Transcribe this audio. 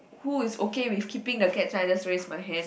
who is okay with keeping the cat then i just raise my hand